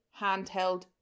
handheld